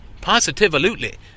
positively